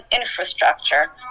infrastructure